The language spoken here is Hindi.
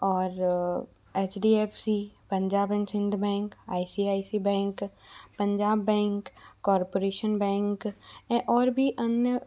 और H D F C Punjab and Sind bank I C I C bank Punjab bank corporation bank और भी अन्य